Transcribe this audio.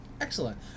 Excellent